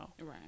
Right